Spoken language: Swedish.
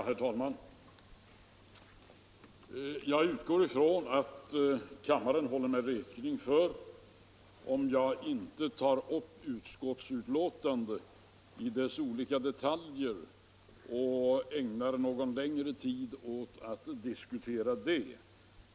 Herr talman! Jag utgår från att kammaren håller mig räkning för om jag inte tar upp utskottsbetänkandet i dess olika detaljer och ägnar någon längre tid åt att diskutera det.